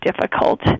difficult